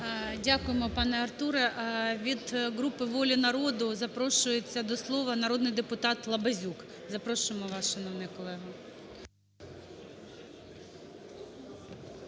Дякуємо, пане Артуре. Від групи "Воля народу" запрошується до слова народний депутат Лабазюк. Запрошуємо вас, шановний колего.